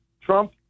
Trump